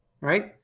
right